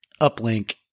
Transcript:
uplink